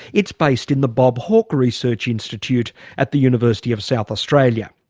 it's based in the bob hawke research institute at the university of south australia.